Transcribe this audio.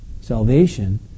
Salvation